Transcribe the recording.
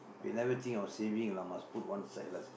we never think on saving lah must put one side lah